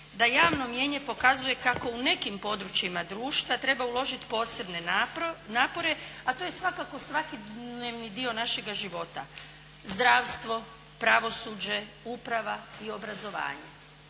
da javno mnijenje pokazuje kako u nekim područjima društva treba uložiti posebne napore, a to je svakako svakodnevni dio našega života. Zdravstvo, pravosuđe, uprava i obrazovanje.